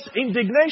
indignation